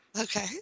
Okay